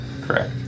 correct